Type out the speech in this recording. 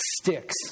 Sticks